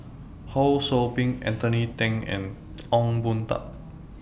Ho SOU Ping Anthony Then and Ong Boon Tat